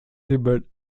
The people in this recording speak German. siebert